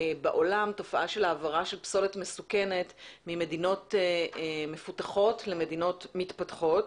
תופעה של העברה של פסולת מסוכנת ממדינות מפותחות למדינות מתפתחות.